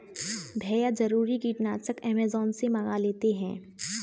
भैया जरूरी कीटनाशक अमेजॉन से मंगा लेते हैं